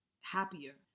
happier